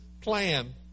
plan